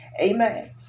Amen